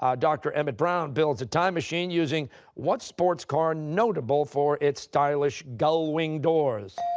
ah dr. emmett brown builds a time machine using what sports car notable for its stylish gull-wing doors?